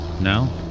Now